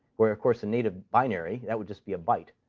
where, of course, in native binary, that would just be a byte,